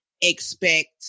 expect